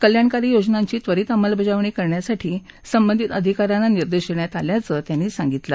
कल्याणकारी योजनांची त्वरित अंमलबजावणी करण्यासाठी संबंधित अधिकाऱ्यांना निर्देश देण्यात आल्याचं त्यांनी सांगितलं